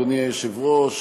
אדוני היושב-ראש,